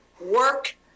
work